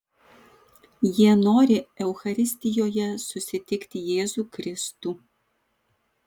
jie nori eucharistijoje susitikti jėzų kristų